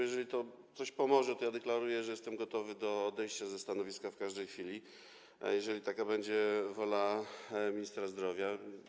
Jeżeli to coś pomoże, to ja deklaruję, że jestem gotowy do odejścia ze stanowiska w każdej chwili, jeżeli taka będzie wola ministra zdrowia.